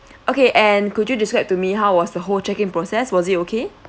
okay and could you describe to me how was the whole check in process was it okay